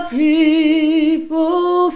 people